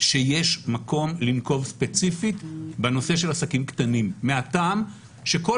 שיש מקום לנקוב ספציפית בנושא של עסקים קטנים מהטעם שכל